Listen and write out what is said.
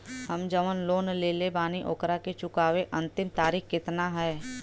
हम जवन लोन लेले बानी ओकरा के चुकावे अंतिम तारीख कितना हैं?